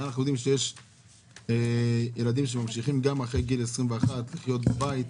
הרי אנחנו יודעים ילדים שממשיכים גם אחרי גיל 21 לחיות בבית,